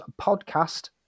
podcast